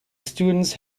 students